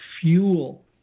fuel